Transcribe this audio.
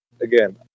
again